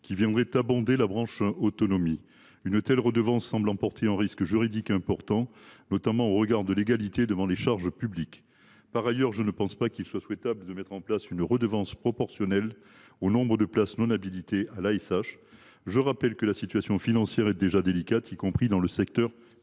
qui viendrait abonder la branche autonomie, créerait, semble t il, un risque juridique important, notamment au regard du principe d’égalité devant les charges publiques. Par ailleurs, je ne pense pas qu’il soit souhaitable de mettre en place une redevance proportionnelle au nombre de places non habilitées à l’ASH. Je rappelle que la situation financière des Ehpad est déjà délicate, y compris dans le secteur